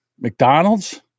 McDonald's